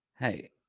Hey